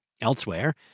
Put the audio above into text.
Elsewhere